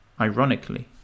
ironically